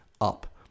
up